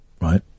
right